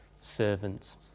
servant